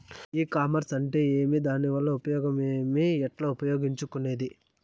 ఈ కామర్స్ అంటే ఏమి దానివల్ల ఉపయోగం ఏమి, ఎట్లా ఉపయోగించుకునేది?